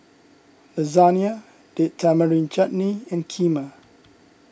Lasagna Date Tamarind Chutney and Kheema